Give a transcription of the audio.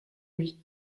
lui